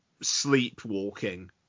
sleepwalking